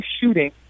shooting